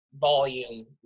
volume